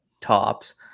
tops